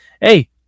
Hey